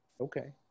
okay